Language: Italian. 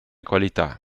qualità